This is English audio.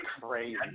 crazy